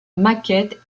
maquettes